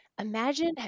imagine